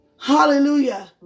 Hallelujah